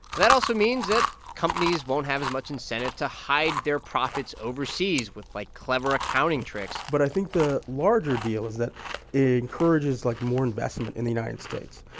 that also means that companies won't have as much incentive to hide their profits overseas with, like, clever accounting tricks but i think the larger deal is that it encourages, like, more investment in the united states.